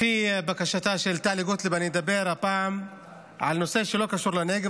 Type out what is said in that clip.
לפי בקשתה של טלי גוטליב אני אדבר הפעם על נושא שלא קשור לנגב,